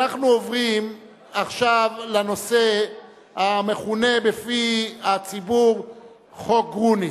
אנחנו עוברים עכשיו לנושא המכונה בפי הציבור "חוק גרוניס".